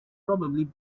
probably